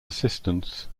assistance